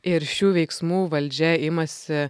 ir šių veiksmų valdžia imasi